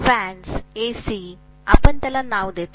fans AC आपण त्याला नाव देतो